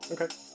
Okay